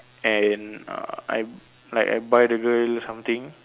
and uh I like I buy the girl something